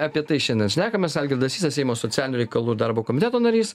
apie tai šiandien šnekamės algirdas sysas seimo socialinių reikalų ir darbo komiteto narys